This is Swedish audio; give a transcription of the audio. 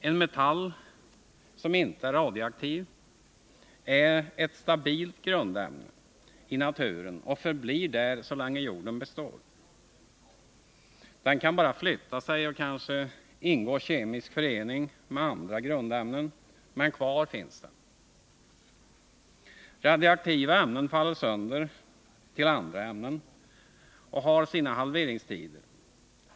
En metall, som inte är radioaktiv, är ett stabilt grundämne i naturen och förblir där så länge jorden består. Den kan bara flytta på sig och kanske ingå kemisk förening med andra grundämnen, men kvar finns den. Radioaktiva ämnen faller sönder till andra ämnen och har sina halveringstider.